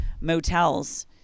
motels